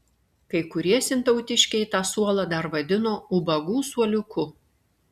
kai kurie sintautiškiai tą suolą dar vadino ubagų suoliuku